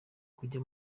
kujya